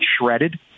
shredded